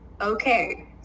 okay